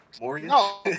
No